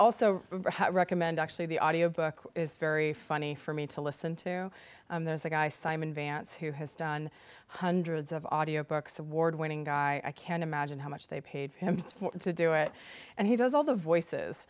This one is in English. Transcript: also recommend actually the audio book is very funny for me to listen to there's a guy simon vance who has done hundreds of audio books award winning guy i can't imagine how much they paid him to do it and he does all the voices